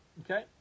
Okay